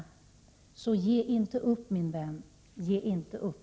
Så ge inte upp min vän! Ge inte upp!”